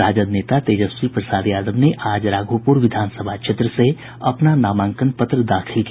राजद नेता तेजस्वी प्रसाद यादव ने आज राघोपुर विधानसभा क्षेत्र से अपना नामांकन पत्र दाखिल किया